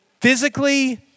physically